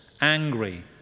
angry